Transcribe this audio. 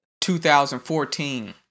2014